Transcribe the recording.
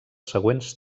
següents